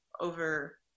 over